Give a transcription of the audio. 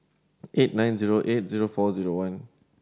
eight nine zero eight zero four zero one